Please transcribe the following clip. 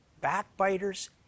backbiters